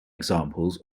examples